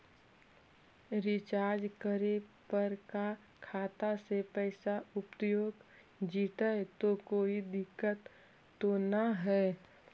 Recharge करे पर का खाता से पैसा उपयुक्त जितै तो कोई दिक्कत तो ना है?